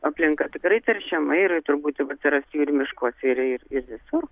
aplinka tikrai teršiama ir turbūt jau atsiras jų ir miškuose ir ir ir visur